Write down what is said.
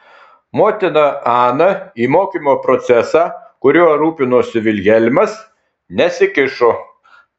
motina ana į mokymo procesą kuriuo rūpinosi vilhelmas nesikišo